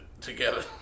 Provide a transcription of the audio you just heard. together